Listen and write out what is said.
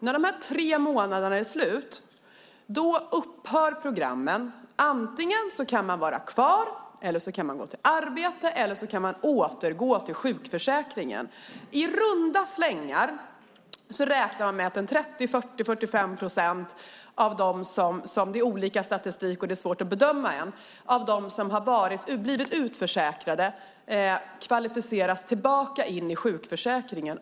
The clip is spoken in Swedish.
När de här tre månaderna har gått upphör programmen. Antingen kan man vara kvar eller så kan man gå till arbete eller återgå till sjukförsäkringen. I runda slängar räknar man med att 30-45 procent av dem - det är olika statistik, och det är svårt att bedöma - som blivit utförsäkrade kvalificeras tillbaka in i sjukförsäkringen.